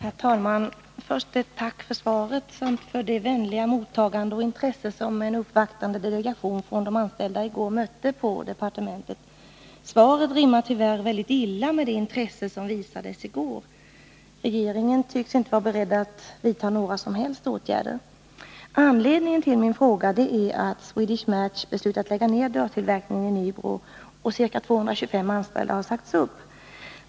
Herr talman! Först vill jag tacka för svaret samt för det vänliga mottagande och intresse som en uppvaktande delegation från de anställda i går mötte på departementet. Svaret rimmar tyvärr väldigt illa med det intresse som visades i går. Regeringen tycks inte vara beredd att vidta några som helst åtgärder. Anledningen till min fråga är att Swedish Match har beslutat lägga ner dörrtillverkningen i Nybro. Ca 225 anställda har sagts upp.